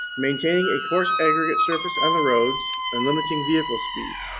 maintaining a course aggregate surface on the roads and limiting vehicle speed.